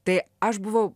tai aš buvau